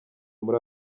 muri